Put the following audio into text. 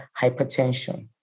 hypertension